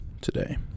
today